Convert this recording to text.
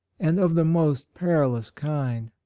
and of the most perilous kind.